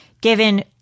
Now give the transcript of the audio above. given